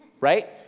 right